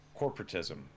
corporatism